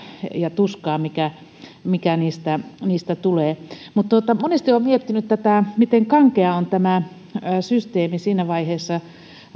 ja tuskaa mikä mikä niistä niistä tulee mutta monesti olen miettinyt tätä miten kankea on tämä systeemi siinä vaiheessa